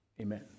Amen